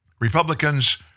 Republicans